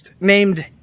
named